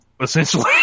essentially